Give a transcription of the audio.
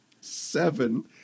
seven